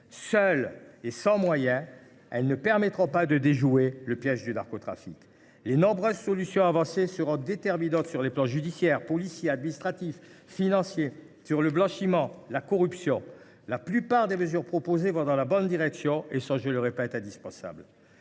de moyens, celles ci ne permettront pas de déjouer le piège du narcotrafic. Les nombreuses solutions avancées seront déterminantes dans les domaines judiciaire, policier, administratif et financier, sur le blanchiment et la corruption. La plupart des mesures proposées vont dans la bonne direction et sont, je le répète, indispensables.